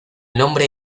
nombre